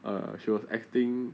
uh she was acting